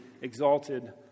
exalted